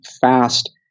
fast